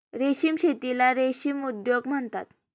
रेशीम शेतीला रेशीम उद्योग म्हणतात